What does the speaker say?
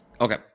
Okay